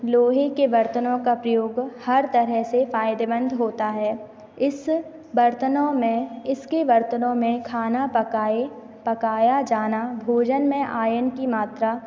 लोहे के बर्तनों का प्रयोग हर तरह से फ़ायदेमंद होता है इस बर्तनों में इसके बर्तनों में खाना पकाए पकाया जाना भोजन में आयरन की मात्रा